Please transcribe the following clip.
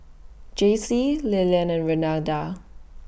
Jacey Lilian and Renada